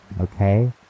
Okay